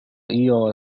iowa